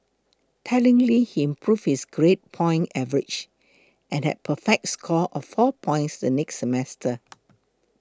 tellingly he improved his grade point average and had a perfect score of four points the next semester